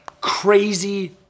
crazy